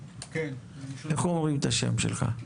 בבקשה.